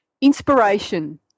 inspiration